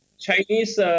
Chinese